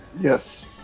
Yes